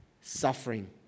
suffering